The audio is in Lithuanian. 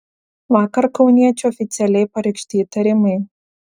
vakar kauniečiui oficialiai pareikšti įtarimai